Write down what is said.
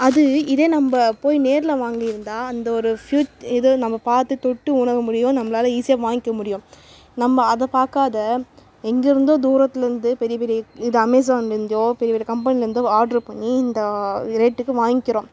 அது இதே நம்ம போய் நேர்ல வாங்கியிருந்தால் அந்த ஒரு ஃப்யூ இது நம்ம பார்த்து தொட்டு உணர முடியும் நம்மளால ஈஸியாக வாங்கிக்கமுடியும் நம்ம அதை பார்க்காத எங்கேயிருந்தோ தூரத்திலேருந்து பெரிய பெரிய இது அமேசான்லேருந்தோ அப்படி ஒரு கம்பெனிலேருந்தோ ஆர்ட்ரு பண்ணி இந்த ரேட்டுக்கு வாங்கிக்கிறோம்